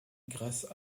grâce